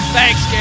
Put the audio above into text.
Thanks